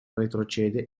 retrocede